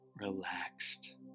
relaxed